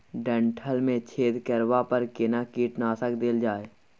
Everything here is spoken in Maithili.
डंठल मे छेद करबा पर केना कीटनासक देल जाय?